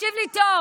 תקשיב לי טוב: